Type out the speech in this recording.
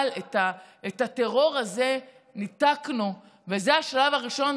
אבל את הטרור הזה ניתקנו, וזה השלב הראשון,